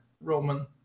Roman